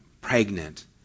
pregnant